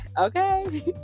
Okay